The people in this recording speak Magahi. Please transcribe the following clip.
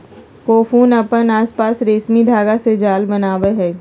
कोकून अपन आसपास रेशमी धागा से जाल बनावय हइ